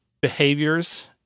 behaviors